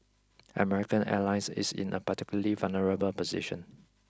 American airlines is in a particularly vulnerable position